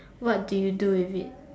what do you do with it